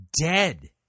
dead